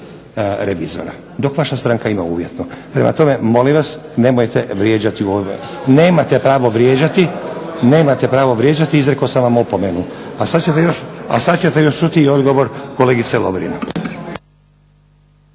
revizora dok vaša stranka ima uvjetno. Prema tome, molim vas nemajte vrijeđati. Nemate pravo vrijeđati, izrekao sam vam opomenu. A sada ćete još čuti odgovor kolegice Lovrin.